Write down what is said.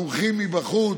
מומחים מבחוץ.